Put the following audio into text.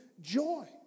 joy